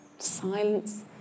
silence